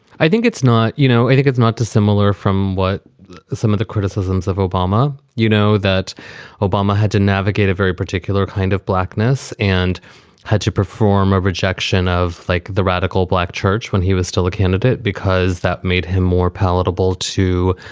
i think it's not you know, i think it's not dissimilar from what some of the criticisms of obama, you know, that obama had to navigate a very particular kind of blackness blackness and had to perform a rejection of like the radical black church when he was still a candidate, because that made him more palatable to,